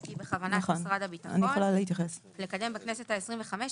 כי בכוונת משרד הביטחון לקדם בכנסת העשרים וחמש,